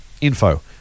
info